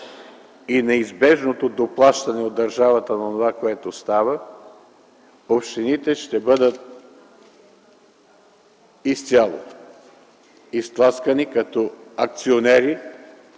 и неизбежното доплащане от държавата на онова, което става, общините ще бъдат изцяло изтласкани като акционери